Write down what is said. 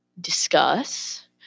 discuss